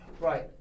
Right